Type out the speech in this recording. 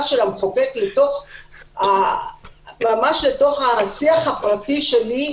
של המחוקק ממש לתוך השיח הפרטי שלי,